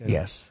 Yes